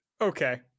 Okay